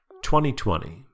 2020